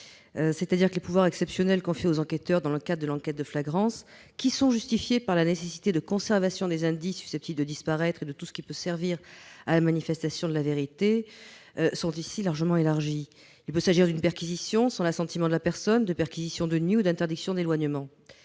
précédents : les pouvoirs exceptionnels confiés aux enquêteurs dans le cadre de l'enquête de flagrance, justifiés par la nécessité de la « conservation des indices susceptibles de disparaître et de tout ce qui peut servir à manifestation de la vérité », sont ici largement élargis. Il peut s'agir d'une perquisition sans l'assentiment de la personne, d'une perquisition de nuit ou d'une interdiction d'éloignement.